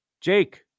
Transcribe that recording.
Jake